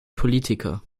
politiker